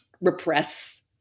repress